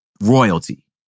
royalty